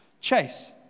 Chase